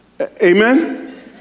Amen